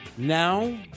now